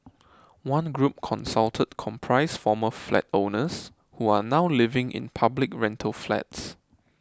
one group consulted comprised former flat owners who are now living in public rental flats